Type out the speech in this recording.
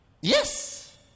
Yes